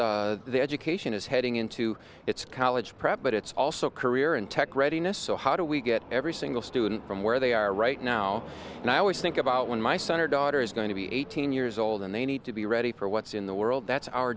the education is heading into it's college prep but it's also career and tech readiness so how do we get every single student from where they are right now and i always think about when my son or daughter is going to be eighteen years old and they need to be ready for what's in the world that's our